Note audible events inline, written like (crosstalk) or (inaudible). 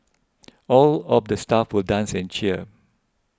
(noise) all of the staff will dance and cheer